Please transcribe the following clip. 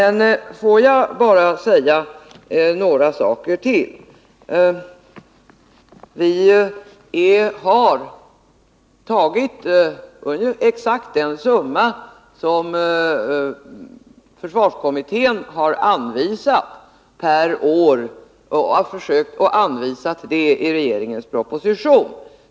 Låt mig säga bara några saker till. Regeringen har i sin proposition anvisat exakt den summa som försvarskommittén har angivit per år.